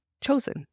chosen